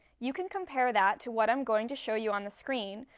you can compare that to what i'm going to show you on the screen,